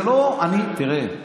זה לא, תראה,